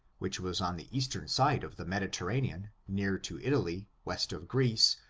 which was on the eastern side of the medi terranean, near to italy, west of greece,